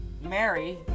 Mary